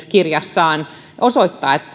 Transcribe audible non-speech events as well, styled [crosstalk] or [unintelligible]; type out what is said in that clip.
[unintelligible] kirjassaan osoittaa [unintelligible]